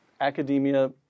academia